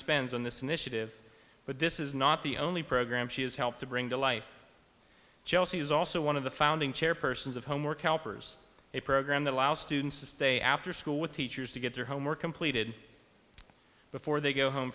spends on this initiative but this is not the only program she has helped to bring to life chelsea is also one of the founding chairpersons of homework helpers a program that allows students to stay after school with teachers to get their homework completed before they go home